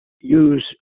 use